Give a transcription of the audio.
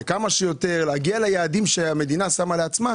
לכמה שיותר להגיע ליעדים שהמדינה שמה לעצמה,